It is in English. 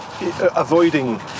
avoiding